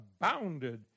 abounded